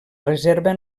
reserva